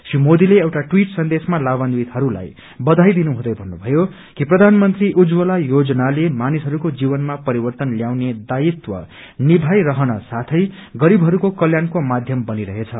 श्री मोदीले एउटा ट्विट संदेशमा लाभान्वितहरूलाई बधाई दिनु हुँदै भन्नुभयो क प्रधानमन्त्री उज्जवला योजनाले मानिसहरूको जीवनमा परिवर्तन ल्याउने दायित्व निभाइ रहन साथै गरीबहरूको कल्याणको माध्यम बनिरहनेछ